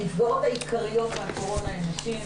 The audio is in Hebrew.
הנפגעות העיקריות מהקורונה הן נשים,